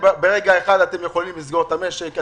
ברגע אחד אתם יכולים לסגור את המשק.